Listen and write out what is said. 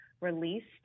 released